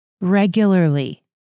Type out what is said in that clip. regularly